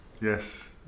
Yes